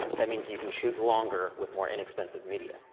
that means you can shoot longer with more inexpensive media.